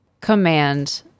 command